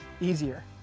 easier